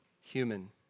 human